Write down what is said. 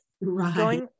right